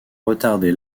retardé